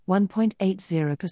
1.80%